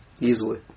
Easily